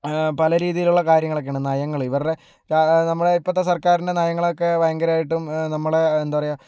പലരീതിയിലുള്ള കാര്യങ്ങളൊക്കെ ആണ് നയങ്ങൾ ഇവരുടെ നമ്മളെ ഇപ്പോഴത്തെ സർക്കാരിൻ്റെ നയങ്ങൾ ഒക്കെ ഭയങ്കര ആയിട്ടും നമ്മുടെ എന്താ പറയുക